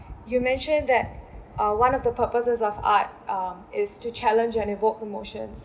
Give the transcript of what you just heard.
you mentioned that uh one of the purposes of art um is to challenge and evoke emotions